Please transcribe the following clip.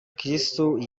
kristu